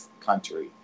country